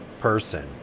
person